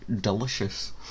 delicious